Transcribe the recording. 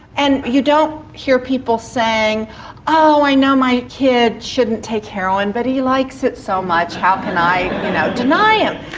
and you don't hear people saying oh, i know my kid shouldn't take heroin but he likes it so much how can i you know deny him?